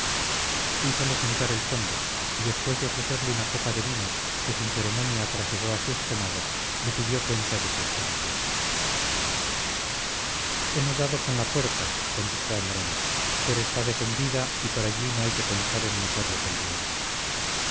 montañés hízole sentar el conde y después de ofrecerle una copa de vino que sin ceremonia trasegó a su estómago le pidió cuenta de su expedición hemos dado con la puerta contestó andrade pero está defendida y por allí no hay que pensar en meterles el diente